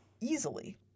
easily